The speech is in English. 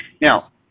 now